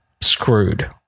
screwed